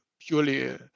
purely